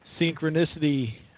synchronicity